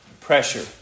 Pressure